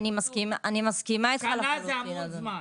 שנה זה המון זמן.